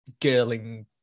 girling